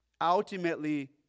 ultimately